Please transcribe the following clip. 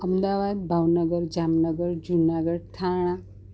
Ahmedabad Bhavnagar Jamnagar Junagadh Thane